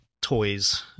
toys